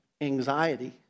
anxiety